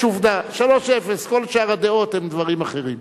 יש עובדה, 0 3. כל שאר הדעות הן דברים אחרים.